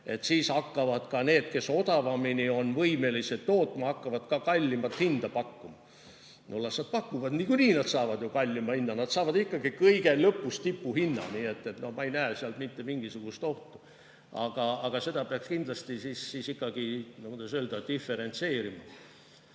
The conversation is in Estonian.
et siis hakkavad ka need, kes odavamini on võimelised tootma, kallimat hinda pakkuma. No las nad pakuvad, niikuinii nad saavad kallima hinna. Nad saavad kõige lõpuks ikkagi tipuhinna. Nii et ma ei näe seal mitte mingisugust ohtu. Aga seda peaks kindlasti ikkagi, kuidas öelda, diferentseerima.